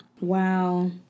Wow